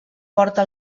porta